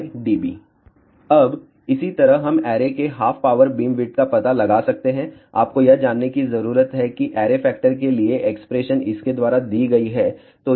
अब इसी तरह हम ऐरे के हाफ पावर बीमविड्थ का पता लगा सकते हैं आपको यह जानने की जरूरत है कि ऐरे फैक्टर के लिए एक्सप्रेशन इसके द्वारा दी गई है